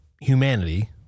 Humanity